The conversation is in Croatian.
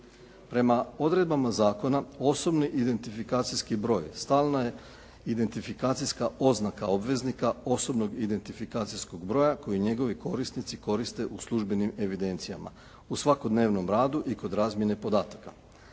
Prema odredbama zakona osobni identifikacijski broj stalna je identifikacijska oznaka obveznika osobnog identifikacijskog broja koji njegovi korisnici koriste u službenim evidencijama, u svakodnevnom radu i kod razmjene podataka.